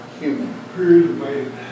human